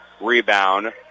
Rebound